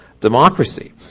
democracy